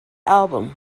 album